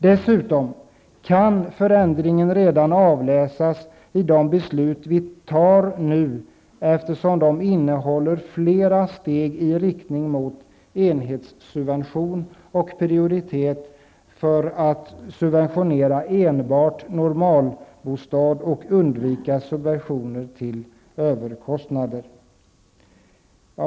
Dessutom kan förändringen redan avläsas i de beslut som vi kommer att fatta nu, eftersom de innehåller flera steg i riktning mot enhetssubvention och prioritet för att subventionera enbart normalbostad och undvika subventioner till överkostnader.